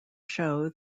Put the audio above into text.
show